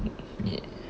neat